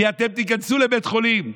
כי אתם תיכנסו לבית חולים,